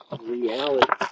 reality